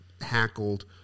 hackled